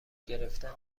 گرفتنه